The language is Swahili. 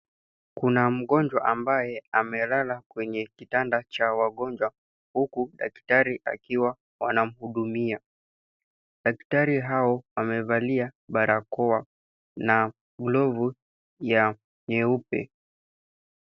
Kuna mgonjwa ambaye amelala kwenye kitanda cha wagonjwa huku daktari wakiwa wanamhudumia. Dakatari hao wamevalia barakoa na glovu ya nyeupe.